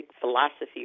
philosophy